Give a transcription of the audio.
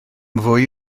fwy